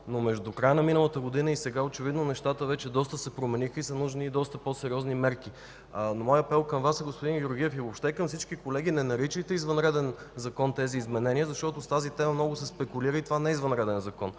От края на миналата година досега очевидно нещата много се промениха и са нужни доста по-сериозни мерки. Моят апел към Вас, господин Георгиев, и въобще към всички колеги е: не наричайте „извънреден Закон” тези изменения, защото с тази тема много се спекулира и това не е извънреден Закон